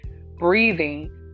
breathing